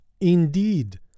Indeed